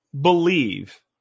believe